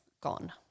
gone